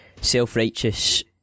self-righteous